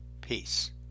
Peace